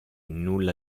nulla